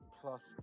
plus